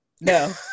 no